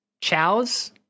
chows